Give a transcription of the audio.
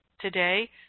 Today